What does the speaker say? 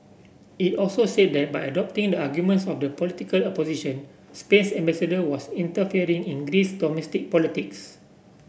it also said that by adopting the arguments of the political opposition Spain's ambassador was interfering in Greece's domestic politics